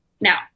Now